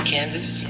Kansas